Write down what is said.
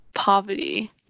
Poverty